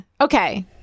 okay